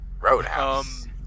Roadhouse